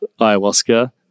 ayahuasca